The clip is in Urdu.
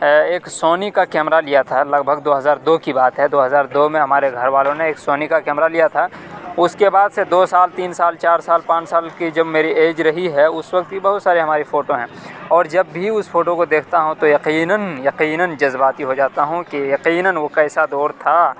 ایک سونی کا کیمرا لیا تھا لگ بھگ دو ہزار دو کی بات ہے دو ہزار دو میں ہمارے گھر والوں نے ایک سونی کا کیمرا لیا تھا اس کے بعد سے دو سال تین سال چار سال پانچ سال کی جب میری ایج رہی ہے اس وقت کی بہت ساری ہماری فوٹو ہیں اور جب بھی اس فوٹو کو دیکھتا ہوں تو یقیناً یقیناً جذباتی ہو جاتا ہوں کہ یقیناً وہ کیسا دور تھا